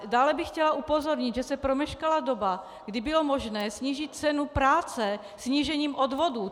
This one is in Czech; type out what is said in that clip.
Dále bych chtěla upozornit, že se promeškala doba, kdy bylo možné snížit cenu práce snížením odvodů.